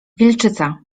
wilczyca